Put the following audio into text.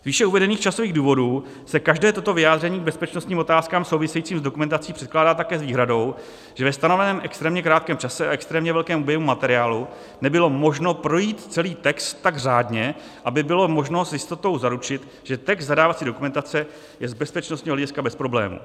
Z výše uvedených časových důvodů se každé toto vyjádření k bezpečnostním otázkám souvisejícím s dokumentaci předkládá také s výhradou, že ve stanoveném extrémně krátkém čase a extrémně velkém objemu materiálu nebylo možno projít celý text tak řádně, aby bylo možno s jistotou zaručit, že text zadávací dokumentace je z bezpečnostního hlediska bez problémů.